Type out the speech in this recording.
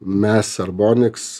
mes arbonics